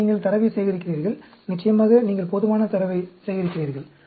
பின்னர் நீங்கள் தரவை சேகரிக்கிறீர்கள் நிச்சயமாக நீங்கள் போதுமான தரவை சேகரிக்கிறீர்கள்